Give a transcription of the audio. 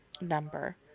number